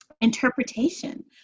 interpretation